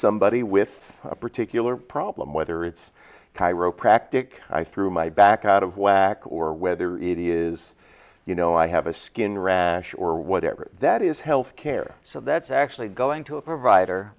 somebody with a particular problem whether it's chiropractic i threw my back out of whack or whether it is you know i have a skin rash or whatever that is health care so that's actually going to a provider